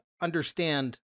understand